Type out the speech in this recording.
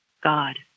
God